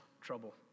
trouble